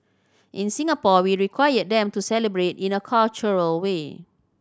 in Singapore we require them to celebrate in a cultural way